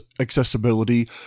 accessibility